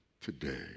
today